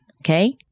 Okay